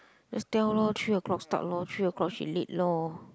just tell loh three O-clock start loh three O-clock she late loh